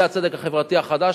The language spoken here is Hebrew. זה הצדק החברתי החדש.